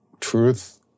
Truth